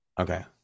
Okay